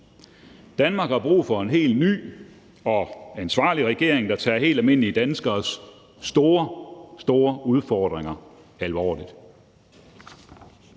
Danmark har brug for en helt ny og ansvarlig regering, der tager helt almindelige danskeres store, store udfordringer alvorligt.